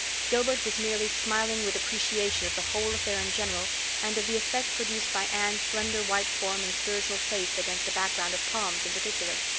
gilbert was merely smiling with appreciation of the whole affair in general and of the effect produced by anne's slender white form and spiritual face against a background of palms in particular.